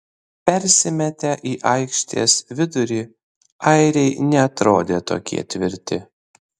persimetę į aikštės vidurį airiai neatrodė tokie tvirti